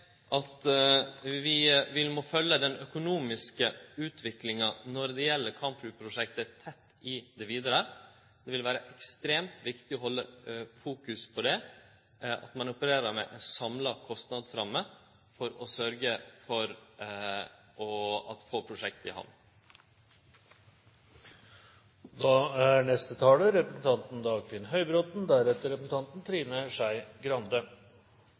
seie at vi må følgje den økonomiske utvikla når det gjeld kampflyprosjektet, tett i det vidare. Det vil vere ekstremt viktig å halde fokus på at ein opererer med ei samla kostnadsramme for å få prosjektet i hamn. Moderniseringen av Forsvaret er